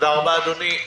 תודה רבה, אדוני.